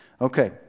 Okay